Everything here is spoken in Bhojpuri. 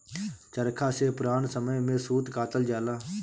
चरखा से पुरान समय में सूत कातल जाला